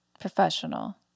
professional